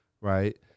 right